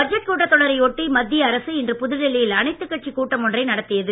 budget கூட்டத் தொடரை ஒட்டி மத்திய அரசு இன்று புதுடில்லி யில் அனைத்துக் கட்சிக் கூட்டம் ஒன்றை நடத்தியது